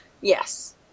Yes